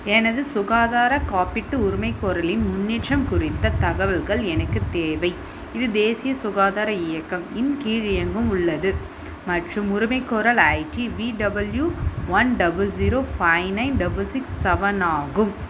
எனது சுகாதார காப்பீட்டு உரிமைகோரலின் முன்னேற்றம் குறித்த தகவல்கள் எனக்கு தேவை இது தேசிய சுகாதார இயக்கம் இன் கீழ் இயங்கும் உள்ளது மற்றும் உரிமைகோரல் ID V W one double zero five nine double six seven ஆகும்